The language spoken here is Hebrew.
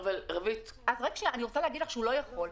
הוא לא יכול.